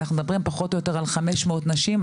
ואנחנו מדברים פחות או יותר על 500 נשים,